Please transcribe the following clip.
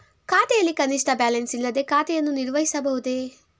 ಖಾತೆಯಲ್ಲಿ ಕನಿಷ್ಠ ಬ್ಯಾಲೆನ್ಸ್ ಇಲ್ಲದೆ ಖಾತೆಯನ್ನು ನಿರ್ವಹಿಸಬಹುದೇ?